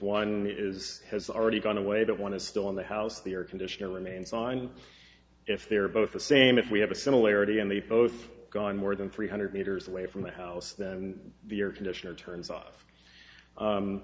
one is has already gone away that one is still in the house the air conditioner remains on if they're both the same if we have a similarity and they both gone more than three hundred meters away from the house and the air conditioner turns off